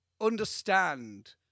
understand